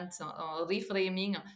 reframing